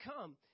come